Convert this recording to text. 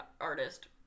artist